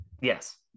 Yes